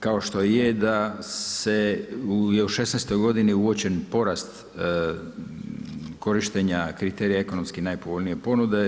Kao što je da se u '16.godini uočen porast korištenje kriterija ekonomski najpovoljnije ponude.